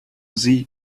sie